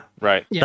right